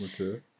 Okay